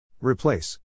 Replace